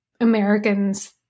Americans